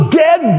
dead